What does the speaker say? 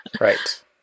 Right